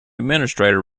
administrator